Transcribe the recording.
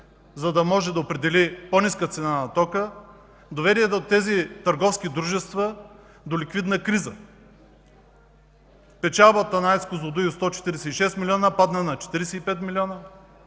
за да може да определи по-ниска цена на тока, доведе тези търговски дружества до ликвидна криза. Печалбата на АЕЦ „Козлодуй” от 146 милиона падна на 45 милиона,